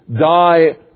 die